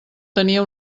tenia